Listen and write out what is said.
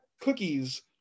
cookies